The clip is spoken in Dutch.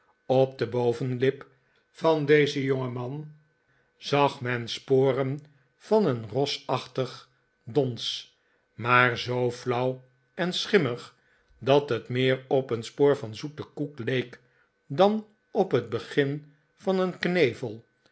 op de bovenlip van dezen jongeman zag men sporen van een rosachtig dons maar zoo flauw en schimmig dat het meer op een spoor van zoete koek leek dan op het begin van een knevel